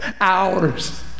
Hours